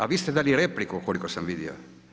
A vi ste dali repliku, koliko sam vidio?